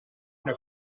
una